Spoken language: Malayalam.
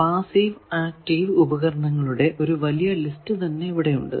പാസ്സീവ് ആക്റ്റീവ് ഉപകരണങ്ങളുടെ ഒരു വലിയ ലിസ്റ്റ് തന്നെ ഇവിടെ ഉണ്ട്